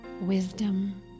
wisdom